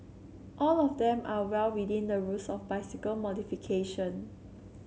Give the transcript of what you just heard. all of them are well within the rules of bicycle modification